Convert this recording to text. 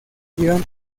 llegan